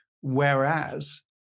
Whereas